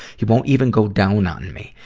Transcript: he won't even go down on me.